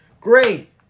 Great